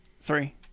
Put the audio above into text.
three